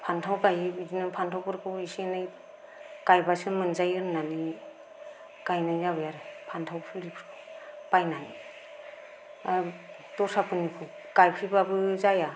फान्थाव गायो बिदिनो फान्थावफोरखौबो एसे एनै गायबासो मोनजायो होन्नानै गायनाय जाबाय आरो फान्थाव फुलिखौ बायनानै दस्राफोरनिखौ गायफैबाबो जाया